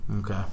Okay